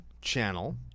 channel